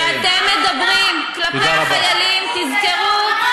כשאתם מדברים כלפי החיילים, תודה רבה.